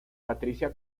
patricia